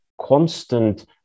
constant